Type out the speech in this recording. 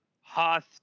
Hoth